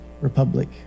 republic